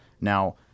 now